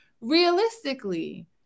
realistically